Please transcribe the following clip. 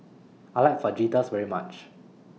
I like Fajitas very much